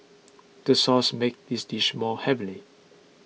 the sauce makes this dish more heavenly